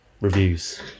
Reviews